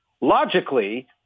logically